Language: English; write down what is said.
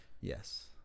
Yes